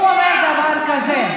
הוא אומר דבר כזה: